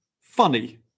funny